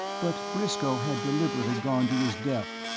but briscoe had deliberately gone to his death,